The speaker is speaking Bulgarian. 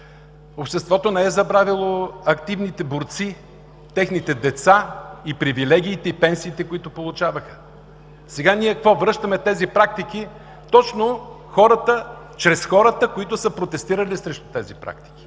Обществото не е забравило активните борци, техните деца, привилегиите и пенсиите, които получаваха. Сега ние какво? Връщаме тези практики точно чрез хората, които са протестирали срещу тези практики.